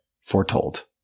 foretold